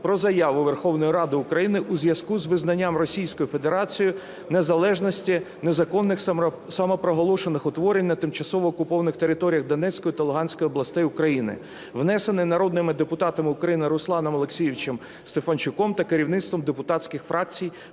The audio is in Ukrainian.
про Заяву Верховної Ради України у зв'язку з визнанням Російською Федерацією незалежності незаконних самопроголошених утворень на тимчасово окупованих територіях Донецької та Луганської областей України, внесений народними депутатами України Русланом Олексійовичем Стефанчуком та керівництвом депутатських фракцій